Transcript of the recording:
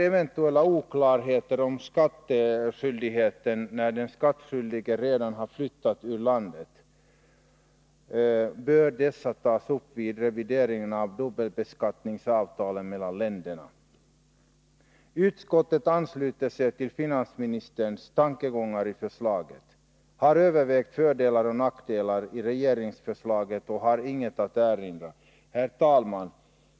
Eventuella oklarheter om skattskyldigheten när den skattskyldige redan har flyttat ur landet bör tas upp vid revideringen av dubbelbeskattningsavtalen mellan länderna. Utskottet ansluter sig till finansministerns tankegångar i förslaget. Utskottet har övervägt fördelar och nackdelar i regeringsförslaget och har inget att erinra. Herr talman!